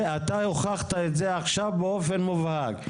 אתה הוכחת את זה עכשיו באופן מובהק.